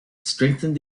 strengthened